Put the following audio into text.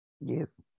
yes